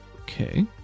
Okay